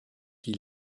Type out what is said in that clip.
die